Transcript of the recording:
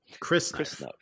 Chris